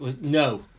no